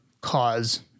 cause